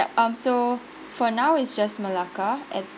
um so for now is just malacca at